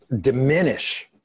diminish